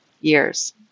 years